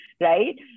right